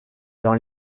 dans